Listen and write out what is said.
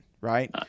right